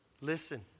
Listen